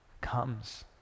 comes